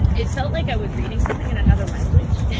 it felt like i was reading something in another language, yeah